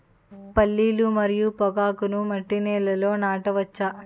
పల్లీలు మరియు పొగాకును మట్టి నేలల్లో నాట వచ్చా?